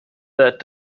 that